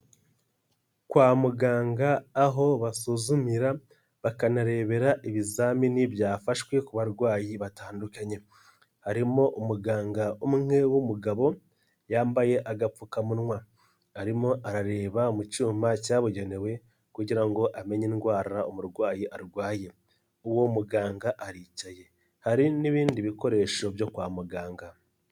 Kwa muganga aho basuzumira bakanarebera ibizamini byafashwe ku barwayi batandukanye, harimo umuganga umwe w'umugabo, yambaye agapfukamunwa, arimo arareba mu cyuma cyabugenewe kugira ngo amenye indwara umurwayi arwaye, uwo muganga aricaye, hari n'ibindi bikoresho byo kwa muganga.